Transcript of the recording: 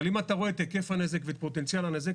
אבל אם אתה רואה את היקף הנזק ואת פוטנציאל הנזק,